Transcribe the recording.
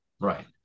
Right